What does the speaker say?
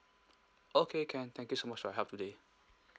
okay can thank you so much for your help today